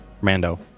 Mando